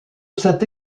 cette